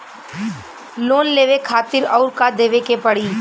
Loan लेवे खातिर अउर का देवे के पड़ी?